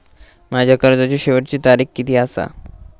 माझ्या कर्जाची शेवटची तारीख किती आसा?